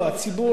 אני אגיד לך,